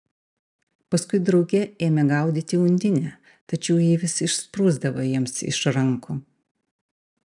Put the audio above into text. paskui drauge ėmė gaudyti undinę tačiau ji vis išsprūsdavo jiems iš rankų